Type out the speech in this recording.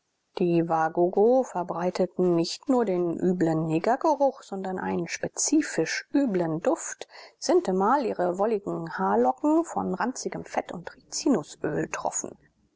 die wagogo verbreiteten nicht nur den üblichen negergeruch sondern einen spezifisch üblen duft sintemal ihre wolligen haarlocken von ranzigem fett und rizinusöl